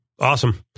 Awesome